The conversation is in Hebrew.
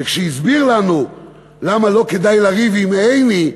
וכשהסביר לנו למה לא כדאי לריב עם עיני,